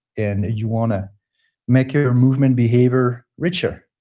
and you want to make your your movement behavior richer.